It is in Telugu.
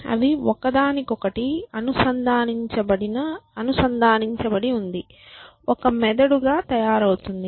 అవి ఒకదానికొకటి అనుసంధానించబడిన ఒక మెదడుగా తయారవుతుంది